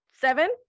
seven